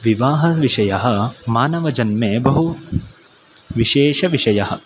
विवाहविषयः मानवजन्मे बहु विशेषविषयः